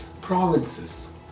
provinces